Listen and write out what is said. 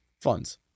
Funds